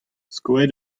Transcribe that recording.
skoet